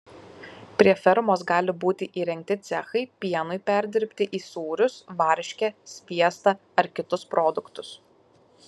prie fermos gali būti įrengti cechai pienui perdirbti į sūrius varškę sviestą ar kitus produktus